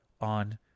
on